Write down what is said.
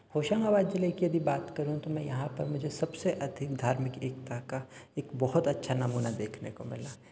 होशंगाबाद जिले की यदि बात करूं तो मैं यहाँ पर मुझे सबसे अधिक धार्मिक एकता का एक बहुत अच्छा नमूना देखने को मिला